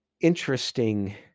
interesting